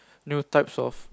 new types of